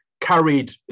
carried